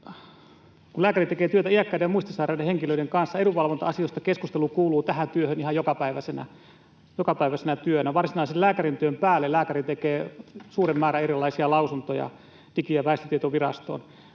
Kun lääkäri tekee työtä iäkkäiden ja muistisairaiden henkilöiden kanssa, edunvalvonta-asioista keskustelu kuuluu tähän työhön ihan jokapäiväisenä työnä. Varsinaisen lääkärintyön päälle lääkäri tekee suuren määrän erilaisia lausuntoja Digi- ja väestötietovirastoon.